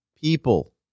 people